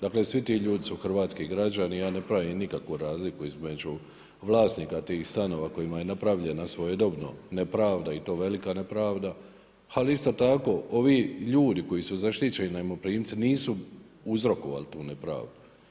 Dakle svi ti ljudi su hrvatski građani i ja ne pravim nikakvu razliku između vlasnika tih stanova kojima je napravljena svojedobno nepravda i to velika nepravda, ali isto tako ovi ljudi koji su zaštićeni najmoprimci nisu uzrokovali tu nepravdu.